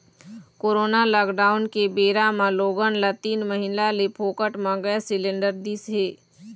corona lockdown के बेरा म लोगन ल तीन महीना ले फोकट म गैंस सिलेंडर दिस हे